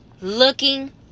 looking